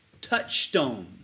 touchstone